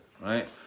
right